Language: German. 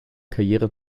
karriere